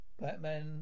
Batman